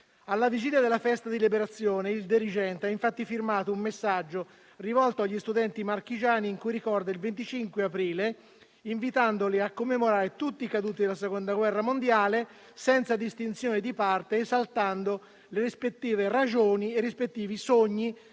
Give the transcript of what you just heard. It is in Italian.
Alla vigilia della festa della Liberazione, il dirigente ha infatti firmato un messaggio rivolto agli studenti marchigiani in cui ricorda il 25 aprile, invitandoli a commemorare tutti i caduti della Seconda guerra mondiale, senza distinzione di parte, esaltando le rispettive ragioni e i rispettivi sogni